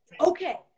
okay